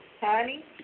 Honey